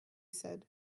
said